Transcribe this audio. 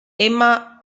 emma